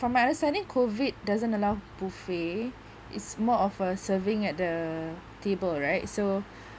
from my understanding COVID doesn't allow buffet it's more of a serving at the table right so